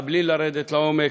בלי לרדת לעומק,